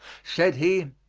said he,